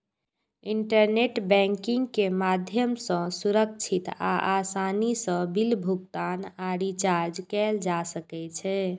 internet banking के माध्यम सं सुरक्षित आ आसानी सं बिल भुगतान आ रिचार्ज कैल जा सकै छै